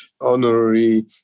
honorary